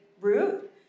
root